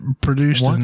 produced